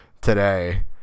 today